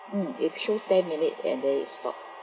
hmm it shows ten minutes and then it stop